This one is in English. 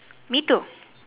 me too